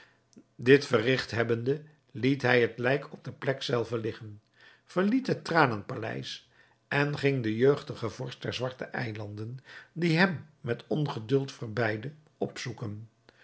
dit verrigt hebbende liet hij het lijk op de plek zelve liggen verliet het tranenpaleis en ging den jeugdigen vorst der zwarte eilanden die hem met ongeduld verbeidde opzoeken